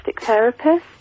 therapist